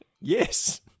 Yes